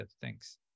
thanks